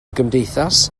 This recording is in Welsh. gymdeithas